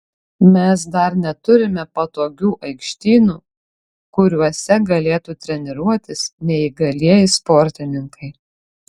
mes dar neturime patogių aikštynų kuriuose galėtų treniruotis neįgalieji sportininkai